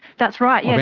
that's right, yeah